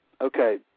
Okay